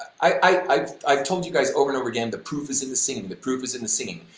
i've i've told you guys over and over again the proof is in the singing, the proof is in the singing,